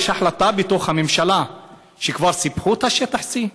יש החלטה בתוך הממשלה שכבר סיפחו את שטח C?